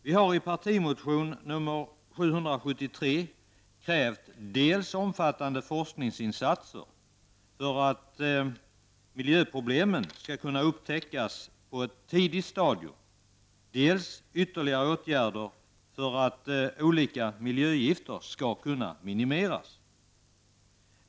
Vi har i partimotion nr 773 krävt dels omfattande forskningsinsatser för att miljöproblemen skall kunna upptäckas på ett tidigt stadium, dels ytterligare åtgärder för att olika miljögifter skall kunna minimeras.